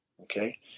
Okay